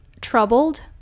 troubled